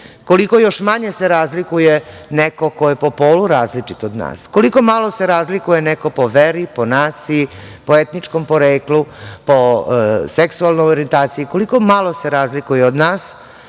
Koliko još manje se razlikuje neko ko je po polu različit od nas? Koliko malo se razlikuje neko po veri, po naciji, po etničkom poreklu, po seksualnoj orjentaciji? Koliko malo se razlikuje od nas,